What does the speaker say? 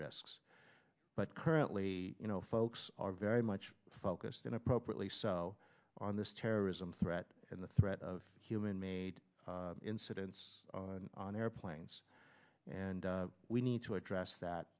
risks but currently you know folks are very much focused inappropriately so on this terrorism threat and the threat of human made incidents on airplanes and we need to address that